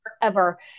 forever